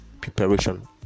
preparation